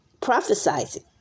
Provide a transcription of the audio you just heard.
prophesizing